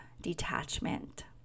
detachment